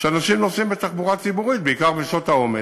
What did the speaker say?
שאנשים נוסעים בתחבורה הציבורית בעיקר בשעות העומס,